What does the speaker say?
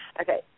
Okay